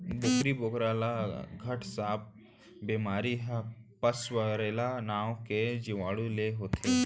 बोकरी बोकरा ल घट सांप बेमारी ह पास्वरेला नांव के जीवाणु ले होथे